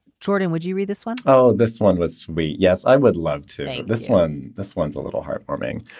jordan, would you read this one? oh, this one was we. yes, i would love to. this one. this one's a little heart warming.